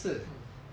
mm